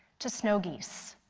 to snow geese.